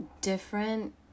different